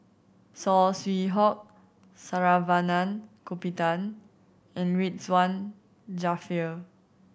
Saw Swee Hock Saravanan Gopinathan and Ridzwan Dzafir